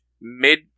mid